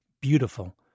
beautiful